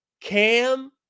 Cam